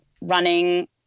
running